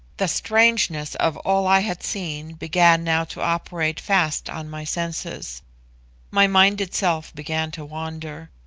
the strangeness of all i had seen began now to operate fast on my senses my mind itself began to wander.